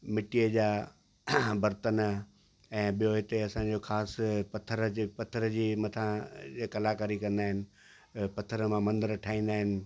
मिटीअ जा बर्तन ऐं ॿियों हिते असांजो ख़ासि पथर जी पथर जी मथा जीअं कलाकारी कंदा आहिनि ऐं पथर मां मंदरु ठाईंदा आहिनि